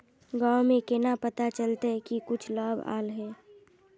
गाँव में केना पता चलता की कुछ लाभ आल है?